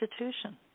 institution